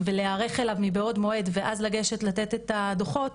ולהיערך אליו מבעוד מועד ואז לגשת לתת את הדוחות,